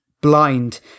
blind